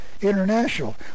international